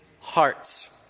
hearts